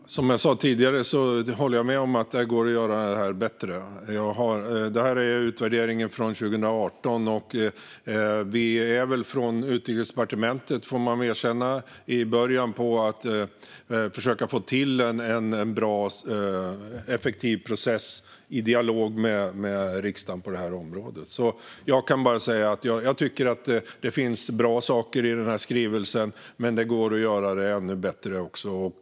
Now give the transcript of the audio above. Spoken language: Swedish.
Fru talman! Som jag sa tidigare håller jag med om att det går att göra resultatskrivningen bättre. Utvärderingen är från 2018. Det är väl från Utrikesdepartementet, får jag erkänna, en början på ett försök att få till en bra och effektiv process i dialog med riksdagen på det här området. Jag kan bara säga att jag tycker att det finns bra saker i resultatskrivelsen men att det går att göra den ännu bättre.